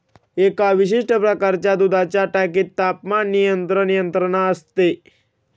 एका विशिष्ट प्रकारच्या दुधाच्या टाकीत तापमान नियंत्रण यंत्रणा असते